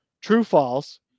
True-false